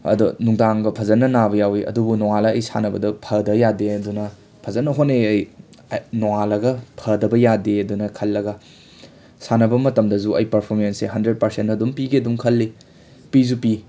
ꯑꯗꯣ ꯅꯨꯡꯗꯥꯡꯒ ꯐꯖꯅ ꯅꯥꯕ ꯌꯥꯎꯏ ꯑꯗꯨꯕꯨ ꯅꯣꯉꯥꯜꯂ ꯑꯩ ꯁꯥꯟꯅꯕꯗ ꯐꯗ ꯌꯥꯗꯦ ꯑꯗꯨꯅ ꯐꯖꯅ ꯍꯣꯠꯅꯩ ꯑꯩ ꯅꯣꯉꯥꯜꯂꯒ ꯐꯗꯕ ꯌꯥꯗꯦꯗꯅ ꯈꯜꯂꯒ ꯁꯥꯟꯅꯕ ꯃꯇꯝꯗꯖꯨ ꯑꯩ ꯄꯔꯐꯣꯔꯃꯦꯟꯁꯁꯦ ꯍꯟꯗ꯭ꯔꯦꯠ ꯄꯥꯔꯆꯦꯟ ꯑꯗꯨꯝ ꯄꯤꯒꯦ ꯑꯗꯨꯝ ꯈꯜꯂꯤ ꯄꯤꯖꯨ ꯄꯤ